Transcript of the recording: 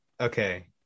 okay